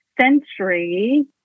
century